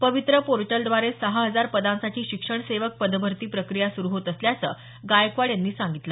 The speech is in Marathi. पवित्र पोर्टलद्वारे सहा हजार पदांसाठी शिक्षण सेवक पदभरती प्रक्रिया सुरू होत असल्याचं गायकवाड यांनी सांगितलं